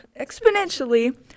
exponentially